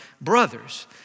brothers